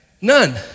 None